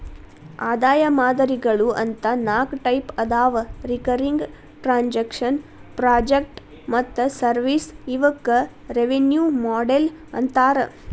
ಆದಾಯ ಮಾದರಿಗಳು ಅಂತ ನಾಕ್ ಟೈಪ್ ಅದಾವ ರಿಕರಿಂಗ್ ಟ್ರಾಂಜೆಕ್ಷನ್ ಪ್ರಾಜೆಕ್ಟ್ ಮತ್ತ ಸರ್ವಿಸ್ ಇವಕ್ಕ ರೆವೆನ್ಯೂ ಮಾಡೆಲ್ ಅಂತಾರ